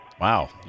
Wow